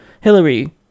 Hillary